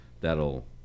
that'll